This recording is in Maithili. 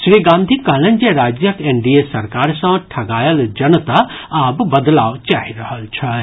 श्री गांधी कहलनि जे राज्यक एनडीए सरकार सँ ठगायल जनता आब बदलाव चाहि रहल छथि